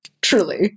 Truly